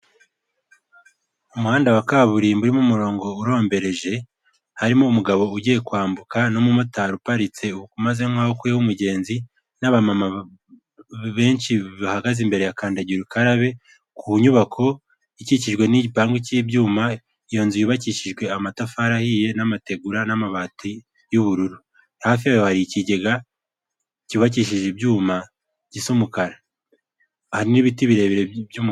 Umuhanda wa kaburimbo urimo umurongo urombereje harimo umugabo ugiye kwambuka n'umumotari uparitse umeze nkaho akuyeho umugenzi n'abamama benshi bahagaze imbere ya kandagira ukarabe, ku nyubako ikikijwe n'igipangu cy'ibyuma iyo nzu yubakishijwe amatafari ahiye n'amategura n'amabati y'ubururu, hafi yayo hari ikigega cyubakishije ibyuma gisa umukara hari n'ibiti birebire.